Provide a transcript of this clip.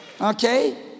Okay